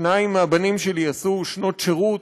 שניים מהבנים שלי עשו שנות שירות,